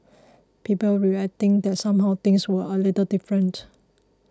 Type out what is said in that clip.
people were reacting that somehow things were a little different